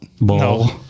No